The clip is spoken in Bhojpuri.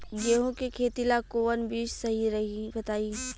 गेहूं के खेती ला कोवन बीज सही रही बताई?